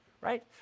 right